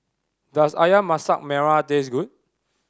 does Ayam Masak Merah taste good